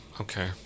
Okay